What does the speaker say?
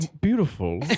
beautiful